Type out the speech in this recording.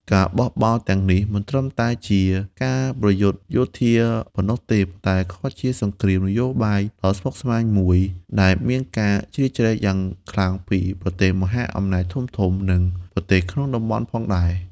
ការបះបោរទាំងនេះមិនត្រឹមតែជាការប្រយុទ្ធយោធាប៉ុណ្ណោះទេ ប៉ុន្តែក៏ជាសង្គ្រាមនយោបាយដ៏ស្មុគស្មាញមួយ ដែលមានការជ្រៀតជ្រែកយ៉ាងខ្លាំងពីប្រទេសមហាអំណាចធំៗ និងប្រទេសក្នុងតំបន់ផងដែរ។